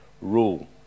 rule